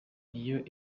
iyo